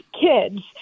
kids